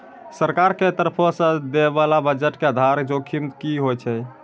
सरकार के तरफो से दै बाला बजट के आधार जोखिम कि होय छै?